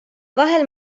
vahel